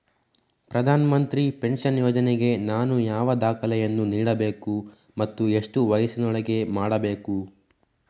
ಪ್ರಧಾನ ಮಂತ್ರಿ ಪೆನ್ಷನ್ ಯೋಜನೆಗೆ ನಾನು ಯಾವ ದಾಖಲೆಯನ್ನು ನೀಡಬೇಕು ಮತ್ತು ಎಷ್ಟು ವಯಸ್ಸಿನೊಳಗೆ ಮಾಡಬೇಕು?